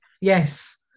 yes